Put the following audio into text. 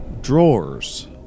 Drawers